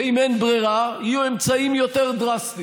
ואם אין ברירה, יהיו אמצעים יותר דרסטיים.